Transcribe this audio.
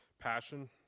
passion